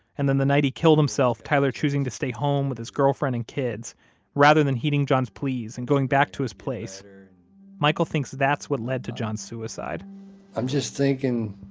and then the night he killed himself tyler choosing to stay home with his girlfriend and kids rather than heeding john's pleas and going back to his place michael thinks that's what led to john's suicide i'm just thinking